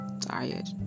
tired